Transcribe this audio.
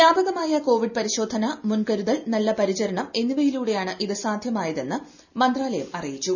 വ്യാപകമായ കോവിഡ് പരിശോധന മുൻകരുതൽ നല്ല പരിചരണം എന്നിവയിലൂടെയാണ് ഇതു സാധ്യമായത് എന്ന് മന്ത്രാലയം അറിയിച്ചു